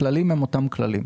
הכללים הם אותם כללים.